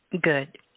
Good